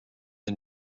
the